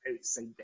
outside